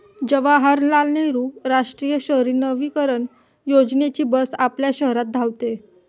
जवाहरलाल नेहरू राष्ट्रीय शहरी नवीकरण योजनेची बस आपल्या शहरात धावते